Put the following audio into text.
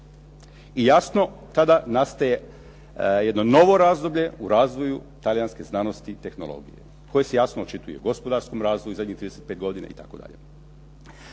I jasno, tada nastaje jedno novo razdoblje u razvoju talijanske znanosti i tehnologije koje se jasno očituje u gospodarskom razvoju zadnjih 35 godina itd.